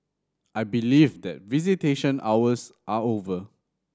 I believe that visitation hours are over